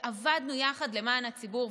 ועבדנו יחד למען הציבור.